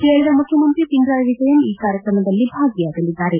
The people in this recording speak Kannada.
ಕೇರಳದ ಮುಖ್ಯಮಂತ್ರಿ ಪಿಣರಾಯ್ ವಿಜಯನ್ ಈ ಕಾರ್ಯಕ್ರಮದಲ್ಲಿ ಭಾಗಿಯಾಗಲಿದ್ದಾರೆ